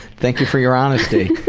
thank you for your honesty.